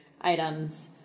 items